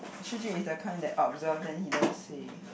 Shi-Jun is the kind that observe then he don't say